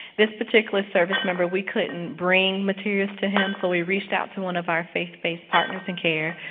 this particular service member, we couldn't bring materials to him, so we reached out to one of our faith-based partners in care,